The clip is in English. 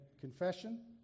Confession